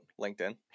LinkedIn